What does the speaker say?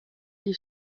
die